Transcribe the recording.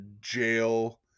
jail